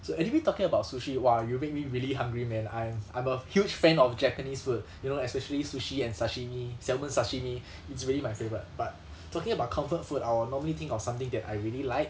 so anyway talking about sushi !wah! you make me really hungry man I am I'm a huge fan of japanese food you know especially sushi and sashimi salmon sashimi it's really my favourite but talking about comfort food I will normally think of something that I really like